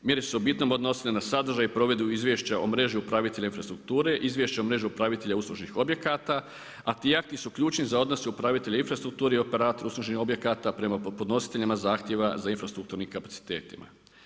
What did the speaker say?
Mjere su se bitno odnosile na sadržaj i provedbu izvješća o mreži upravitelja infrastrukture, izvješće o mreži upravitelja uslužnih objekata a ti akti su ključni za odnose upravitelja infrastrukture i operatora uslužnih objekata prema podnositeljima zahtjeva za infrastrukturnim kapacitetima.